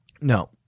No